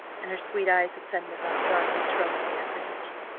and her sweet eyes had suddenly gone dark with trouble and apprehension.